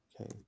Okay